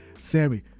Sammy